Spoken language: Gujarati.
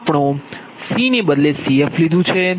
આપણે C ને બદલે Cf લીધુ છે